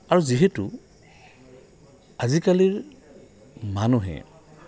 আৰু যিহেতু আজিকালিৰ মানুহে